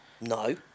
No